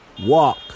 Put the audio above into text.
walk